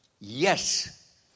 yes